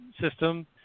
system